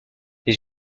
les